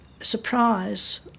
surprise